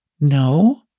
No